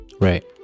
right